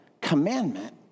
commandment